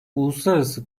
uluslararası